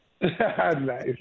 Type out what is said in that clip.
Nice